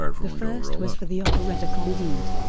the first was for the operetta candide,